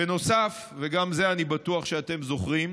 בנוסף, וגם את זה אני בטוח שאתם זוכרים,